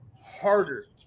harder